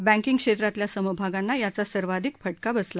banking क्षेत्रातल्या समभागांना याचा सर्वाधिक फटका बसला